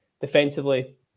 Defensively